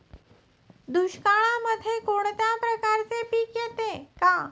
दुष्काळामध्ये कोणत्या प्रकारचे पीक येते का?